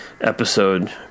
episode